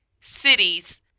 cities